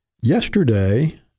Yesterday